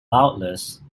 loudness